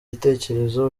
gutekereza